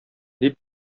дип